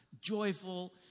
joyful